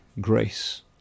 grace